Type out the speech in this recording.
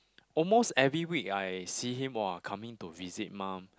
almost every week I see him !wah! coming to visit mum